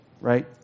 Right